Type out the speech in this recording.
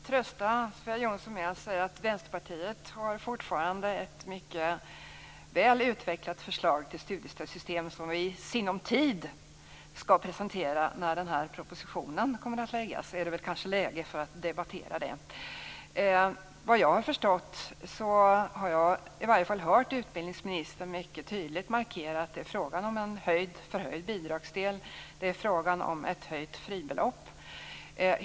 Fru talman! Jag kan trösta Sofia Jonsson med att säga att Vänsterpartiet fortfarande har ett mycket väl utvecklat förslag till studiestödssystem som vi i sinom tid, när propositionen skall läggas fram, skall presentera. Det kan då vara läge att debattera systemet. Jag har hört utbildningsministern mycket tydligt markera att det är fråga om en förhöjd bidragsdel, det är fråga om ett höjt fribelopp.